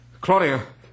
Claudia